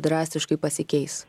drastiškai pasikeis